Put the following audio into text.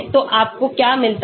तो आपको क्या मिलता है